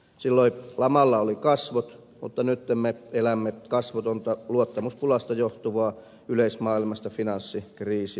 silloin lamalla oli kasvot mutta nyt elämme kasvotonta luottamuspulasta johtuvaa yleismaailmallista finanssikriisiä